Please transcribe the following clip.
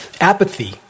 Apathy